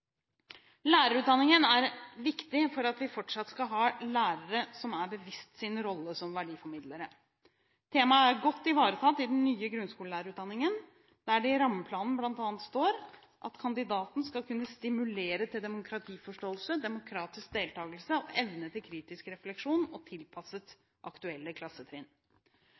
Lærerutdanningen er viktig for at vi fortsatt skal ha lærere som er bevisst sin rolle som verdiformidlere. Temaet er godt ivaretatt i den nye grunnskolelærerutdanningen, der det i rammeplanen bl.a. står at kandidaten skal kunne «stimulere til demokratiforståelse, demokratisk deltakelse og evne til kritisk refleksjon tilpasset aktuelle klassetrinn».